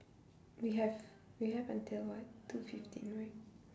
we have we have until [what] two fifteen right